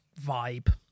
vibe